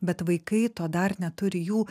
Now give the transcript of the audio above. bet vaikai to dar neturi jų